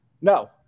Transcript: No